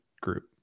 group